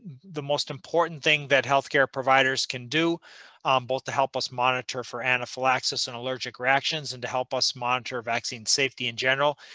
the most important thing that healthcare providers can do um both to help us monitor for anaphylaxis and allergic reactions, and help us monitor vaccine safety in general,